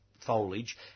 foliage